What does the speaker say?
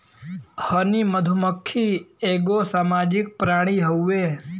हनी मधुमक्खी एगो सामाजिक प्राणी हउवे